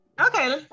Okay